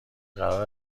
قرار